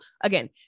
again